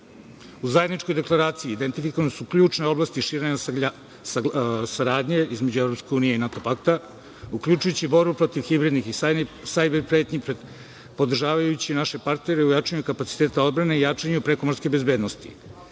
zajedničkoj deklaraciji identifikovane su ključne oblasti širenja saradnje između EU i NATO pakta uključujući borbu protiv hibridnih i sajber pretnji podržavajući naše partnere u jačanju kapaciteta odbrane i jačanju odbrambene bezbednosti.